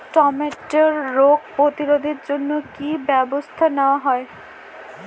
টমেটোর রোগ প্রতিরোধে জন্য কি কী ব্যবস্থা নেওয়া হয়?